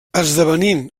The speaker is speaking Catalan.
esdevenint